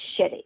shitty